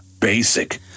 basic